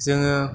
जोङो